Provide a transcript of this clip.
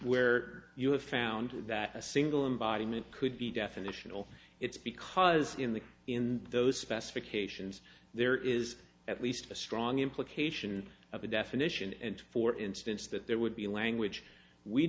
where you have found that a single embodiment could be definitional it's because in the in those specifications there is at least a strong implication of the definition and for instance that there would be a language we